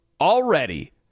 already